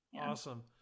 Awesome